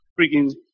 freaking